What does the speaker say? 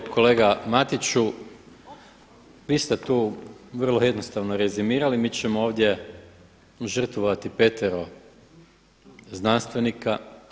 Kolega Matiću, vi ste tu vrlo jednostavno rezimirali, mi ćemo ovdje žrtvovati petero znanstvenika.